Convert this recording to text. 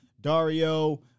Dario